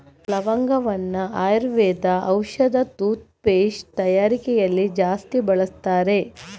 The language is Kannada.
ಲವಂಗವನ್ನ ಆಯುರ್ವೇದ ಔಷಧ, ಟೂತ್ ಪೇಸ್ಟ್ ತಯಾರಿಕೆಯಲ್ಲಿ ಜಾಸ್ತಿ ಬಳಸ್ತಾರೆ